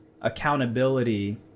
accountability